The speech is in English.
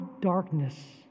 darkness